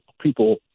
people